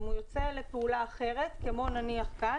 אם הוא יוצא לפעולה אחרת כמו נניח כאן,